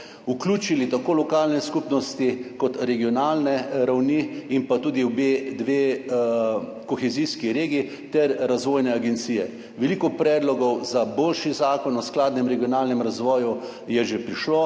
vključili tako lokalne skupnosti kot regionalne ravni in tudi obe kohezijski regiji ter razvojne agencije. Veliko predlogov za boljši zakon o skladnem regionalnem razvoju je že prišlo.